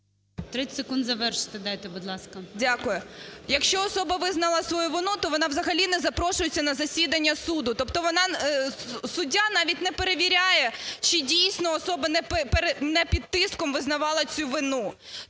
30 секунд, завершити дайте, будь ласка. СОТНИК О.С. Дякую. Якщо особа визнала свою вину, то вона взагалі не запрошується на засідання суду. Тобто суддя навіть не перевіряє, чи дійсно особа не під тиском визнавала цю вину.